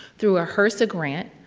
through a hrsa grant,